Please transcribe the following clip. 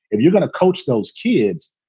if you're going to coach those kids,